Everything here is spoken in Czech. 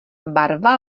barva